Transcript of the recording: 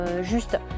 juste